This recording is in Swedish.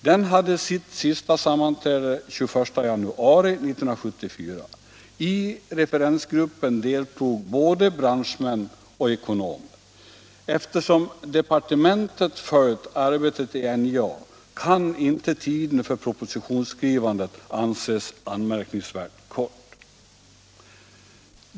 Den hade sitt sista sammanträde den 21 februari 1974. I referensgruppen deltog både branschmän och ekonomer. Eftersom departementet följt arbetet i NJA, kan inte tiden för propositionsskrivandet anses anmärkningsvärt kort.